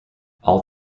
all